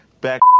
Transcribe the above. back